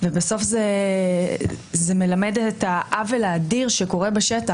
ובסוף זה מלמד את העוול האדיר שקורה בשטח,